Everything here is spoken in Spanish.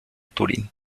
turín